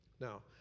Now